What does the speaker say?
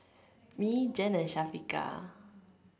me Jen and Syafiqah